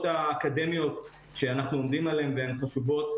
האקדמיות שאנחנו עומדים עליהן והן חשובות,